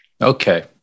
Okay